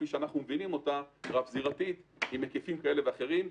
כפי שאנחנו מבינים אותה רב-זירתית עם היקפים כאלה ואחרים.